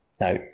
Now